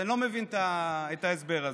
אני לא מבין את ההסבר הזה.